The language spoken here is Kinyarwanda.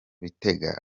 bitega